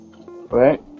Right